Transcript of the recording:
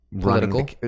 political